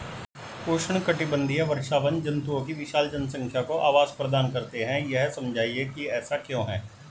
उष्णकटिबंधीय वर्षावन जंतुओं की विशाल जनसंख्या को आवास प्रदान करते हैं यह समझाइए कि ऐसा क्यों है?